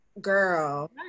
Girl